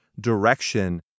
direction